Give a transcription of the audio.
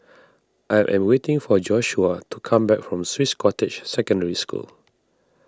I am waiting for Joshuah to come back from Swiss Cottage Secondary School